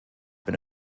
been